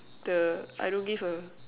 the I don't give a